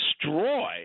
destroy